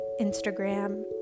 instagram